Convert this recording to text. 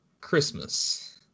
Christmas